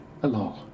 Hello